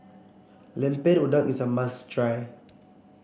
Lemper Udang is a must try